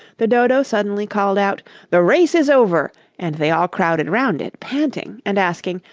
the dodo suddenly called out the race is over and they all crowded round it, panting, and asking,